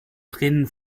tränen